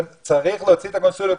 צריך להוציא את הקונסוליות.